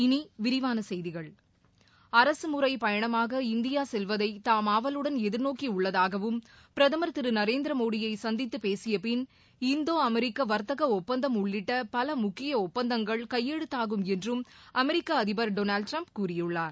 இனிவிரிவானசெய்திகள் அரசுமுறைபயணமாக இந்தியாசெல்வதைதாம் ஆவலுடன் எதிர்நோக்கிஉள்ளதாகவும் பிரதமர் திருநரேந்திரமோடியைசந்தித்துபேசியபின் இந்தோ அமெரிக்காவர்த்தகஒப்பந்தம் உள்ளிட்டபலமுக்கியஒப்பந்தங்கள் யையெழுத்தாகும் என்றும் அமெரிக்கஅதிபர் டொனால்டுடிரம்ப் கூறியுள்ளார்